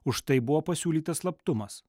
už tai buvo pasiūlytas slaptumas